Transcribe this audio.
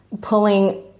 pulling